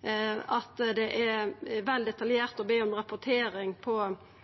Vi får høyra at det er vel detaljert å be om rapportering på